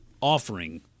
offering